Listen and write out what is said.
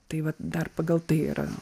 tai vat dar pagal tai yra